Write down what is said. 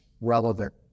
relevant